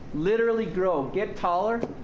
literally grow. get taller.